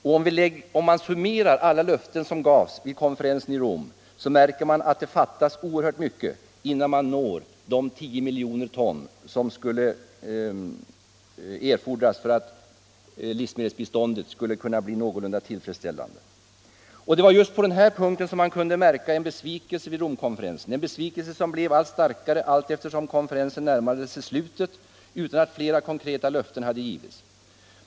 Om man summerar de = för svältdrabbade löften som gavs, märker man att det fattas oerhört mycket innan man = länder når de 10 miljoner ton årligen som erfordras för att livsmedelsbiståndet skulle kunna bli någorlunda tillfredsställande. Det var just på den här punkten man kunde märka en besvikelse vid Romkonferensen, en besvikelse som blev allt starkare allteftersom konferensen närmade sig slutet utan att fler konkreta löften hade givits.